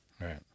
Right